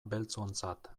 beltzontzat